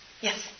Yes